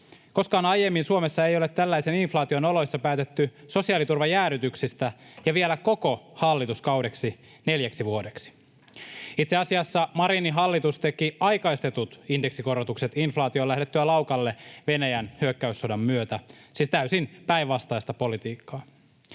Koskaan aiemmin Suomessa ei ole tällaisen inflaation oloissa päätetty sosiaaliturvan jäädytyksistä ja vielä koko hallituskaudeksi, neljäksi vuodeksi. Itse asiassa Marinin hallitus teki aikaistetut indeksikorotukset inflaation lähdettyä laukalle Venäjän hyökkäyssodan myötä — siis täysin päinvastaista politiikkaa.